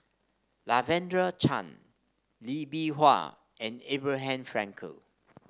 Lavender Chang Lee Bee Wah and Abraham Frankel